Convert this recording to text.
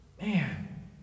man